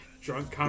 Drunk